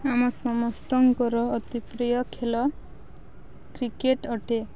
ଆମ ସମସ୍ତଙ୍କର ଅତିପ୍ରିୟ ଖେଳ କ୍ରିକେଟ୍ ଅଟେ